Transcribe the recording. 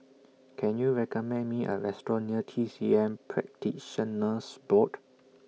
Can YOU recommend Me A Restaurant near T C M Practitioners Board